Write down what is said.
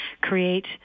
create